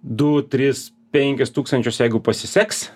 du tris penkis tūkstančius jeigu pasiseks